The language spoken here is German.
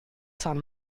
san